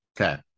Okay